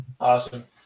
Awesome